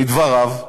לדבריו,